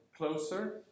closer